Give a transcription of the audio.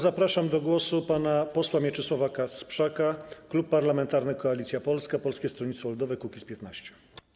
Zapraszam do głosu pana posła Mieczysława Kasprzaka, Klub Parlamentarny Koalicja Polska - Polskie Stronnictwo Ludowe - Kukiz15.